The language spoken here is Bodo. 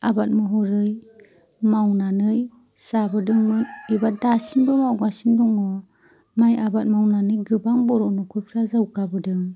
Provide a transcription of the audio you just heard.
आबाद महरै मावनानै जाबोदोंमोन एबा दासिमबो मावगासिनो दङ माइ आबाद मावनानै गोबां बर' न'खरफोरा जौगाबोदों